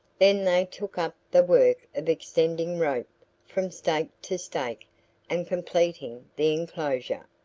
then they took up the work of extending rope from stake to stake and completing the inclosure.